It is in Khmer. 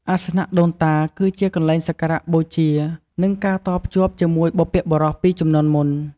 អាសនៈដូនតា គឺជាកន្លែងសក្ការៈបូជា និងការតភ្ជាប់ជាមួយបុព្វបុរសពីជំនាន់មុន។